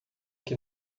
que